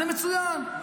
זה מצוין.